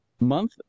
month